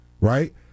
right